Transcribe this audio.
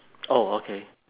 oh okay